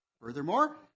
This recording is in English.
Furthermore